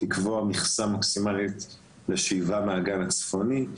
לקבוע מכסה מקסימלית לשאיבה מהאגן הצפוני,